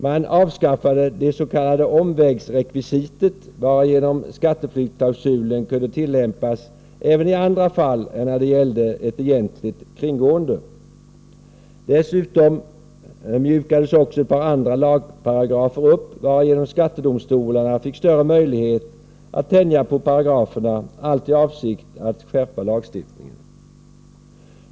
Man avskaffade det s.k. omvägsrekvisitet, varigenom skatteflyktsklausulen kunde tillämpas även i andra fall än när det gällde ett egentligt kringgående. Dessutom mjukades också ett par andra lagparagrafer upp, varigenom skattedomstolarna fick större möjlighet att tänja på paragraferna, allt i avsikt att skärpa lagstiftningen.